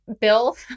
Bill